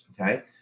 okay